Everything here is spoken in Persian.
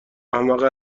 احمقه